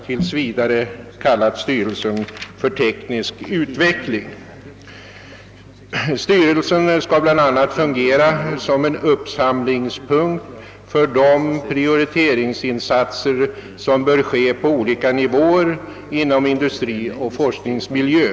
Tills vidare skall det kallas styrelsen för teknisk utveckling. Styrelsen skall bl.a. fungera som en uppsamlingscentral för de prioriteringsinsatser som bör ske på olika nivåer inom industrioch forskningsmiljö.